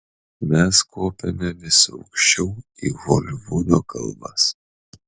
mes kopėme vis aukščiau į holivudo kalvas